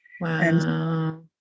Wow